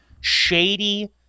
shady